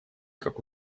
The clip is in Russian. как